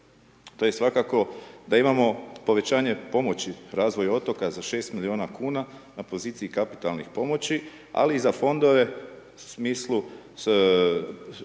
to je svakako da imamo povećanje pomoći razvoju otoka za 6 miliona kuna na poziciji kapitalnih pomoći ali i za fondove u smislu